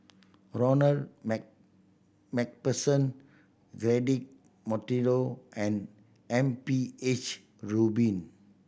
Ronald Mac Macpherson Cedric Monteiro and M P H Rubin